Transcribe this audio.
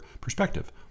perspective